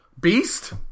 beast